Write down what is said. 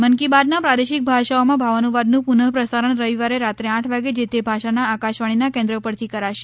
મન કી બાતના પ્રાદેશિક ભાષાઓમાં ભાવાનુવાદનું પુનઃ પ્રસારણ રવિવારે રાત્રે આઠ વાગે જે તે ભાષાના આકાશવાણીના કેન્દ્રો પરથી કરાશે